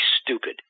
stupid